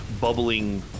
bubbling